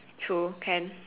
true can